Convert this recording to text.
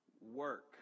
work